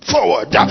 forward